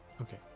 Okay